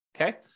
okay